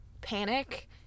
panic